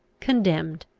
condemned,